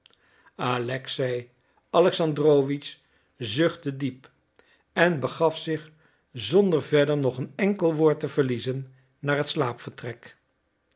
alexei alexandrowitsch zuchtte diep en begaf zich zonder verder nog een enkel woord te verliezen naar het